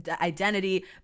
identity